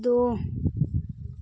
दो